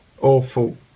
awful